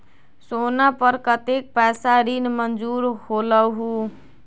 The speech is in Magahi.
सोना पर कतेक पैसा ऋण मंजूर होलहु?